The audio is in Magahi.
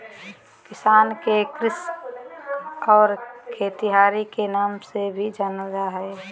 किसान के कृषक और खेतिहर के नाम से भी जानल जा हइ